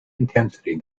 intensity